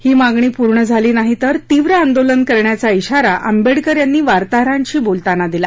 ही मागणी पूर्ण झाली नाही तर तीव्र आंदोलन करण्याचा शिवारा आंबेडकर यांनी वार्ताहरांशी बोलताना दिला